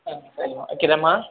ஆ சரிம்மா வைக்கிறேம்மா